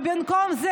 ובמקום זה